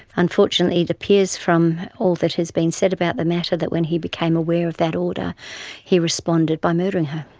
unfortunately it appears from all that has been said about the matter that when he became aware of that order he responded by murdering her.